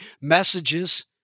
messages